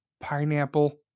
pineapple